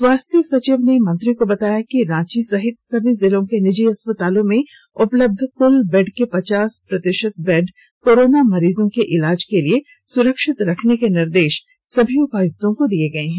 स्वास्थ्य सचिव ने मंत्री को बताया कि रांची सहित सभी जिलों के निजी अस्पतालों में उपलब्ध कुल बेड के पचास फीसद बेड कोरोना मरीजों के इलाज के लिए सुरक्षित रखने के निर्देश सभी उपायुक्तों को दिए गए हैं